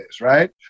right